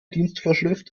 dienstvorschrift